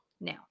Now